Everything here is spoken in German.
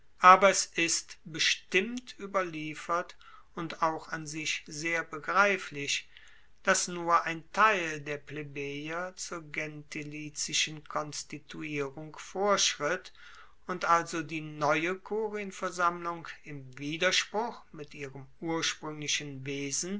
aber es ist bestimmt ueberliefert und auch an sich sehr begreiflich dass nur ein teil der plebejer zur gentilizischen konstituierung vorschritt und also die neue kurienversammlung im widerspruch mit ihrem urspruenglichen wesen